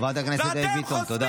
חברת הכנסת דבי ביטון, תודה.